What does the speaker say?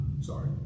sorry